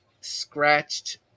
scratched